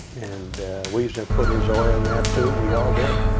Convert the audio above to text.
and wiesner put his oar in that, too. we all did.